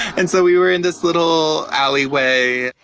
and so we were in this little alley way.